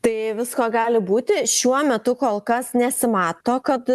tai visko gali būti šiuo metu kol kas nesimato kad